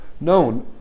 known